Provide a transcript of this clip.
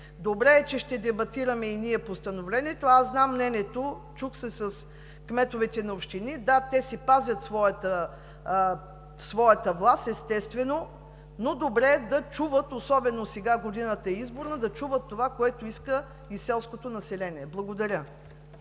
Добре е, че и ние ще дебатираме Постановлението. Аз знам мнението – чух се с кметовете на общини, да, те пазят своята власт, естествено. Но е добре да чуват, особено сега – годината е изборна, и това, което иска и селското население. Благодаря.